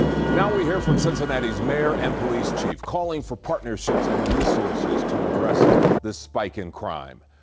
now we hear from cincinnati's mayor and police chief calling for partnerships, and resource is to address this spike in crime.